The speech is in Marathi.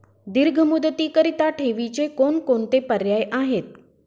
दीर्घ मुदतीकरीता ठेवीचे कोणकोणते पर्याय आहेत?